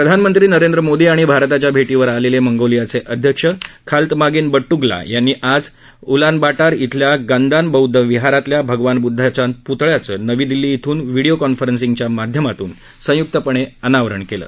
प्रधानमंत्री नरेंद्र मोदी आणि भारताच्या भेटीवर आलेले मंगोलियाचे अध्यक्ष खाल्तमागीन बड्डल्गा यांनी आज उलानबाटार इथल्या गंदान बौद्ध विहारातल्या भगवान बुद्धांच्या पुतळ्याचं नवी दिल्ली इथून व्हिडिओ कॉन्फरन्सींगच्या माध्यमातून संयुक्तपणे अनावरण केलं